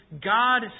God